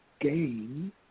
gain